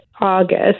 August